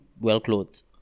well-clothed